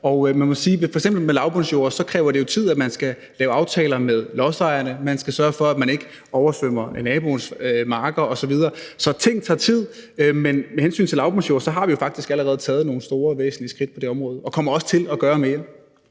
at f.eks. det med lavbundsjorder kræver tid. Man skal lave aftaler med lodsejerne, man skal sørge for, at man ikke oversvømmer naboens marker osv., så ting tager tid. Men med hensyn til lavbundsjorder har vi jo faktisk allerede taget nogle store og væsentlige skridt, og vi kommer også til at gøre mere.